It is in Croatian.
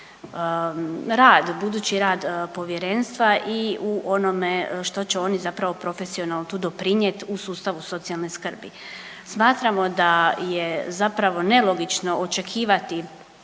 rad, budući rad povjerenstva i u onome što će oni zapravo profesionalno tu doprinijeti u sustavu socijalne skrbi. Smatramo da je zapravo nelogično očekivati